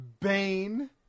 Bane